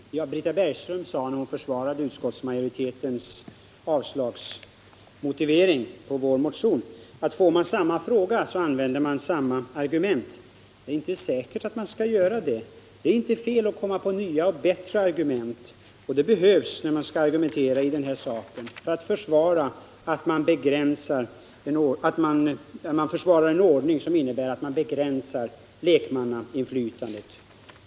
Herr talman! Britta Bergström sade, när hon försvarade utskottsmajoritetens motivering till avstyrkande av vår motion, att får man samma frågor så använder man samma argument. Det är inte säkert att man skall göra det. Det är inte fel att komma på nya och bättre argument, och det behövs när man försvarar en ordning som innebär att man begränsar lekmannainflytandet.